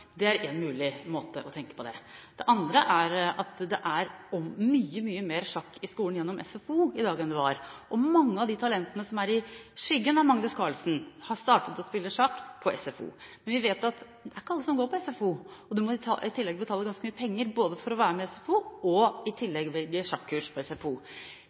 mulig måte å tenke på det. Det andre er at det er mye mer sjakk i skolen gjennom SFO i dag enn det var, og mange av de talentene som er i skyggen av Magnus Carlsen, har startet å spille sjakk på SFO. Men vi vet at det ikke er alle som går på SFO, og at man i tillegg må betale ganske mye penger både for å være med på SFO og i tillegg velge sjakkurs på SFO.